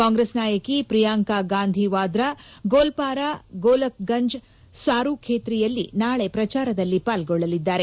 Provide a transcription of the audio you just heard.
ಕಾಂಗ್ರೆಸ್ ನಾಯಕಿ ಪ್ರಿಯಾಂಕಾ ಗಾಂಧಿ ವಾದ್ರಾ ಗೋಲ್ಪಾರಾ ಗೋಲಕ್ಗಂಜ್ ಸಾರುಖೇತ್ರಿಯಲ್ಲಿ ನಾಳೆ ಪ್ರಚಾರದಲ್ಲಿ ಪಾಲ್ಗೊಳ್ಳಲಿದ್ದಾರೆ